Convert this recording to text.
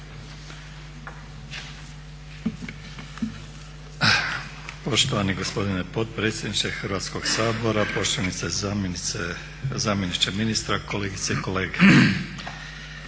Poštovani gospodine potpredsjedniče Hrvatskog sabora, poštovani zamjeniče ministra, kolegice i kolege.